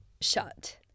shut